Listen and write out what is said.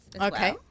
okay